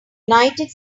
united